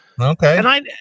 Okay